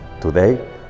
today